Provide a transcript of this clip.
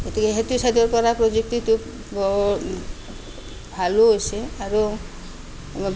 গতিকে সেইটো ছাইডৰ পৰা প্ৰযুক্তিটো বৰ ভালো হৈছে আৰু